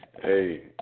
Hey